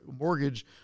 mortgage